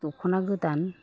दखना गोदान